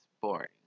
boring